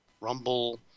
Rumble